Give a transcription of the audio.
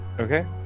Okay